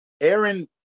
Aaron